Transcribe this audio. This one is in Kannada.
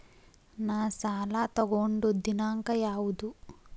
ನಾ ಸಾಲ ತಗೊಂಡು ದಿನಾಂಕ ಯಾವುದು?